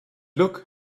look